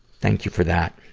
thank you for that.